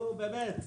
נו, באמת.